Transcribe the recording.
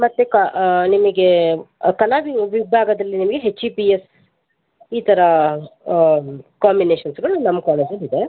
ಮತ್ತು ಕಾ ನಿಮಿಗೆ ಕಲಾ ವಿಭಾಗದಲ್ಲಿ ನಿಮಗೆ ಎಚ್ ಇ ಪಿ ಎಸ್ ಈ ಥರ ಕಾಂಬಿನೇಷನ್ಸ್ಗಳು ನಮ್ಮ ಕಾಲೇಜಲ್ಲಿದೆ